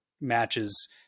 matches